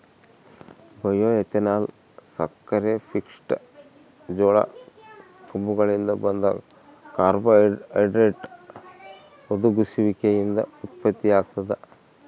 bioethanol ಸಕ್ಕರೆಪಿಷ್ಟ ಜೋಳ ಕಬ್ಬುಗಳಿಂದ ಬಂದ ಕಾರ್ಬೋಹೈಡ್ರೇಟ್ ಹುದುಗುಸುವಿಕೆಯಿಂದ ಉತ್ಪತ್ತಿಯಾಗ್ತದ